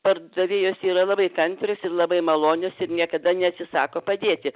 pardavėjos yra labai kantrios ir labai malonios ir niekada neatsisako padėti